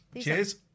Cheers